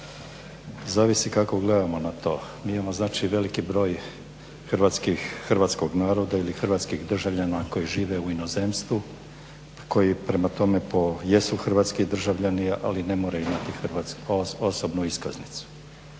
Zavisi kako gledamo na to. Mi imamo znači veliki broj hrvatskog naroda ili hrvatskih državljana koji žive u inozemstvu, koji prema tome po, jesu hrvatski državljani ali ne moraju imati osobnu iskaznicu.